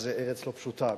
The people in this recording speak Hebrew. שזו ארץ לא פשוטה מבחינתנו,